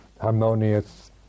harmonious